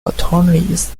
attorneys